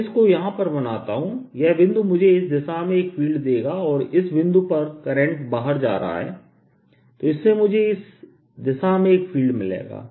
मैं इसको यहां पर बनाता हूं यह बिंदु मुझे इस दिशा में एक फील्ड देगा और इस बिंदु पर करंट बाहर जा रहा है तो इससे मुझे इस दिशा में एक फील्ड मिलेगा